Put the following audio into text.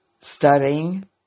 studying